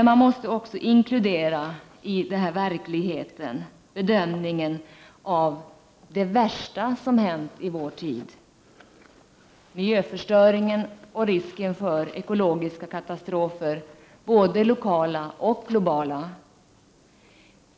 I den här verkligheten måste man också inkludera bedömningen av ”det värsta som hänt i vår tid” — miljöförstöringen och risken för ekologiska katastrofer, både lokala och globala.